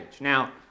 Now